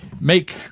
make